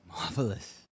Marvelous